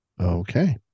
Okay